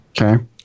Okay